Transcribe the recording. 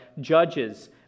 judges